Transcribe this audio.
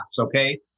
Okay